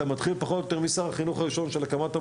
אתה מתחיל פחות או יותר משר החינוך הראשון בהקמת המדינה,